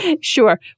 Sure